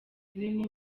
runini